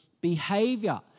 behavior